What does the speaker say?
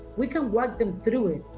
we can walk them through it.